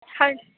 ਹਾਂਜੀ